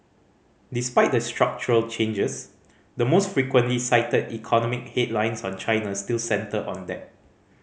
despite the structural changes the most frequently cited economic headlines on China still centre on debt